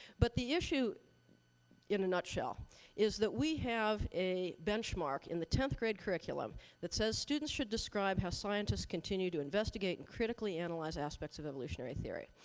but the issue in a nutshell is that we have a benchmark in the tenth grade curriculum that says students should describe how scientists continue to investigate and critically analyze aspects of evolutionary theory.